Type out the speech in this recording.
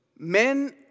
Men